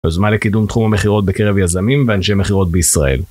יוזמה לקידום תחום המחירות בקרב יזמים ואנשי מחירות בישראל.